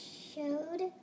showed